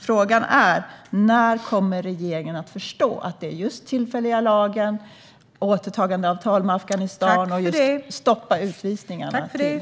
Frågan är: När kommer regeringen att förstå att det är just den tillfälliga lagen, återtagandeavtalet med Afghanistan och att stoppa utvisningarna som det handlar om?